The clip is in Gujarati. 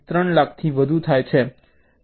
3 લાખથી વધુ થાય છે